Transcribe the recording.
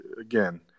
again